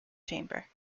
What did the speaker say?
chamber